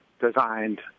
designed